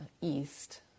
east